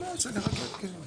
שלא הקראנו.